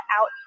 out